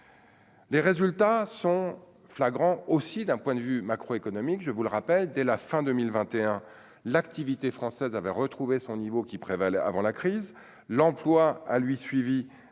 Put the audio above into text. Les résultats sont flagrants aussi d'un point de vue macro-économique, je vous le rappelle, dès la fin 2021 l'activité française avait retrouvé son niveau qui prévalait avant la crise, l'emploi a lui suivi